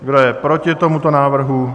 Kdo je proti tomuto návrhu?